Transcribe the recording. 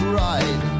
right